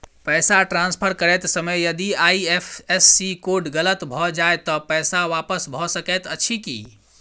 पैसा ट्रान्सफर करैत समय यदि आई.एफ.एस.सी कोड गलत भऽ जाय तऽ पैसा वापस भऽ सकैत अछि की?